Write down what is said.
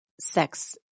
sex